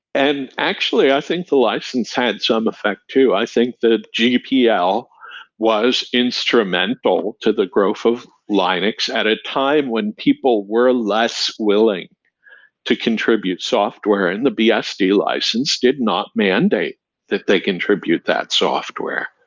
and actually, i think the license had some effect too. i think the gpl was instrumental to the growth of linux at a time when people were less willing to contribute software, and the bsd license did not mandate that they contribute that software.